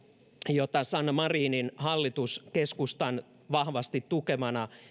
jota sanna marinin hallitus keskustan vahvasti tukemana